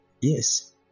Yes